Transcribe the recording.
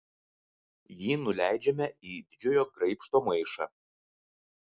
jį nuleidžiame į didžiojo graibšto maišą